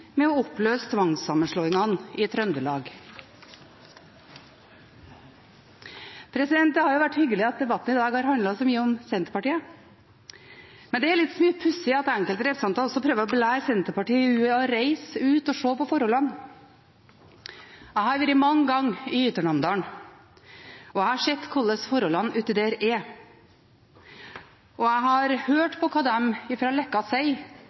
med å oppløse tvangssammenslåingene i Trøndelag. Det har vært hyggelig at debatten i dag har handlet så mye om Senterpartiet, men det er litt pussig at enkelte representanter også prøver å belære Senterpartiet i å reise ut og se på forholdene. Jeg har vært mange ganger i Ytre Namdal, jeg har sett hvordan forholdene er der ute, og jeg har hørt hva de fra Leka sier